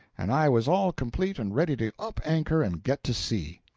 and i was all complete and ready to up anchor and get to sea.